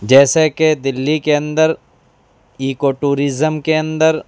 جیسے کہ دہلی کے اندر ایکو ٹوریزم کے اندر